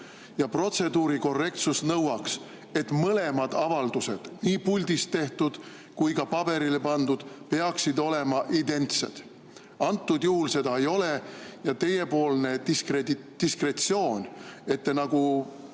Ja protseduuri korrektsus nõuaks, et mõlemad avaldused – nii puldist tehtud kui ka paberile pandud – peaksid olema identsed. Antud juhul seda ei ole ja teiepoolne diskretsioon, et te nagu